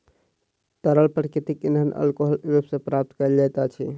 तरल प्राकृतिक इंधन अल्कोहलक रूप मे प्राप्त कयल जाइत अछि